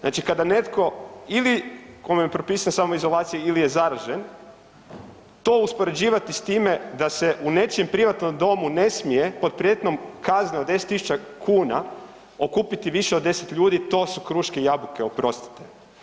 Znači kada netko ili kome je propisana samoizolacija ili je zaražen to uspoređivati s time da se u nečijem privatnom domu ne smije pod prijetnjom kazne od 10.000 kuna okupiti više od 10 ljudi to su kruške i jabuke oprostite.